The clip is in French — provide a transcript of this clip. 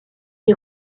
des